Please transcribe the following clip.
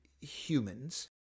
humans